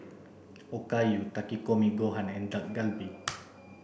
Okayu Takikomi Gohan and Dak Galbi